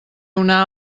una